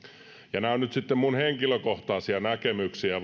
ja nämä ovat nyt sitten minun henkilökohtaisia näkemyksiä